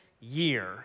year